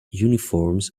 uniforms